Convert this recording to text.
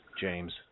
James